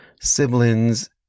siblings